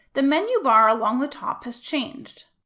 the menu bar along the top has changed.